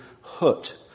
hut